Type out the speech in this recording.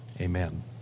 amen